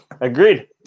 Agreed